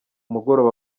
mugoroba